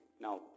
Now